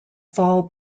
fall